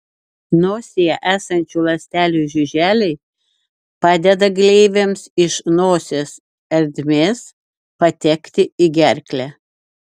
nosyje esančių ląstelių žiuželiai padeda gleivėms iš nosies ertmės patekti į gerklę